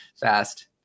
fast